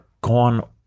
gone